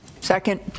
Second